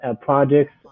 projects